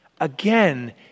Again